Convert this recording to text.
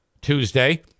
Tuesday